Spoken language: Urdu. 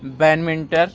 bed mentor